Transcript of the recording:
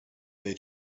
they